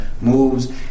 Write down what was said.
moves